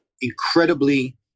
incredibly